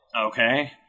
Okay